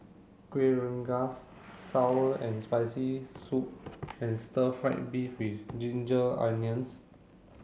Kueh Rengas sour and spicy soup and stir fried beef with ginger onions